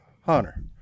Hunter